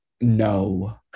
No